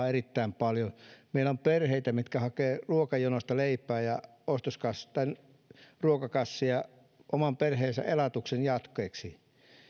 erittäin paljon eriarvoistunut maa meillä on perheitä jotka hakevat ruokajonosta leipää ja ruokakasseja oman perheensä elatuksen jatkeeksi